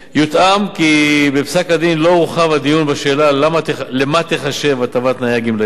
יוטעם כי בפסק-הדין לא הורחב הדיון בשאלה לְמה תיחשב הטבת תנאי הגמלאים,